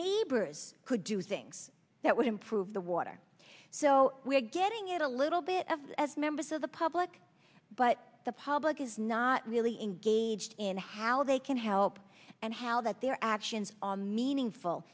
neighbors could do things that would improve the water so we're getting it a little bit of as members of the public but the public is not really engaged in how they can help and how that their actions are meaningful